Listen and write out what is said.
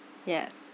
yeah